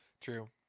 True